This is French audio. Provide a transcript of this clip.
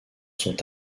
sont